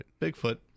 Bigfoot